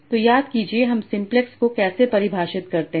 तो याद कीजिए हम सिंप्लेक्स को कैसे परिभाषित करते हैं